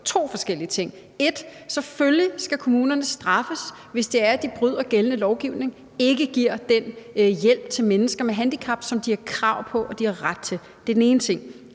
at kommunerne selvfølgelig skal straffes, hvis det er, at de bryder gældende lovgivning og ikke giver den hjælp til mennesker med handicap, som de har krav på og ret til. Den anden ting